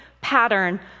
pattern